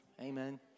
Amen